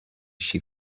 she